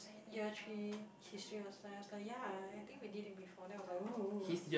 year three history last time I was like ya I think we did it before then I was like oo oo